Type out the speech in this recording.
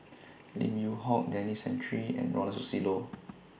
Lim Yew Hock Denis Santry and Ronald Susilo